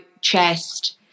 chest